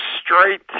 straight